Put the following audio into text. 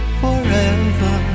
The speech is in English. forever